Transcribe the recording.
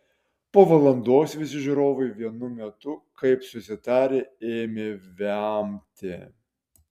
po valandos visi žiūrovai vienu metu kaip susitarę ėmė vemti